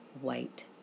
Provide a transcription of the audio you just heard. white